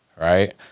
Right